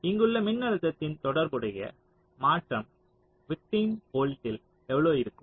இங்குள்ள மின்னழுத்தத்தின் தொடர்புடைய மாற்றம் விக்டிம் வோல்ட்டில் எவ்வளவு இருக்கும்